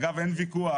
אגב, אין ויכוח.